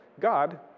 God